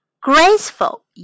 Graceful